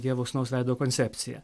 dievo sūnaus veido koncepciją